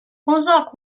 ozark